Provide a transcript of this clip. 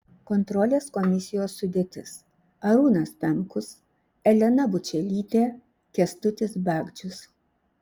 kontrolės komisijos sudėtis arūnas pemkus elena bučelytė kęstutis bagdžius